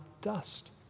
dust